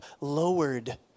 lowered